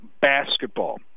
basketball